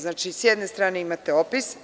Znači, s jedne strane imate opis.